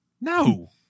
no